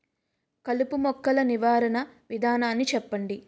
కలుపు మొక్కలు నివారణ విధానాన్ని చెప్పండి?